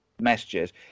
messages